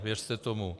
Věřte tomu.